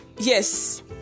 Yes